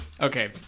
okay